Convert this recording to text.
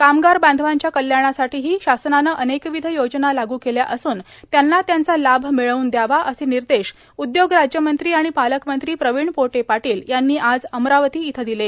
कामगार बांधवांच्या कल्याणासाठीही शासनानं अनेकविध योजना लागू केल्या असूनए त्यांना त्यांचा लाभ मिळवून द्यावाए असे निर्देश उद्योग राज्यमंत्री आणि पालकमंत्री प्रवीण पोटे पाटील यांनी आज अमरावती इथं दिले